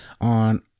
on